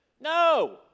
No